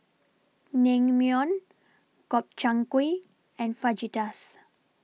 Naengmyeon Gobchang Gui and Fajitas